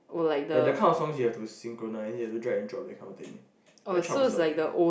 the the kind of songs you have to synchronise you have to drag and drop that kind of thing very troublesome